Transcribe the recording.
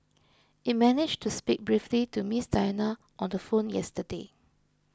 it managed to speak briefly to Miss Diana on the phone yesterday